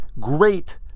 great